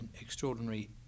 extraordinary